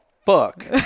fuck